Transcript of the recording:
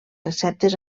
receptes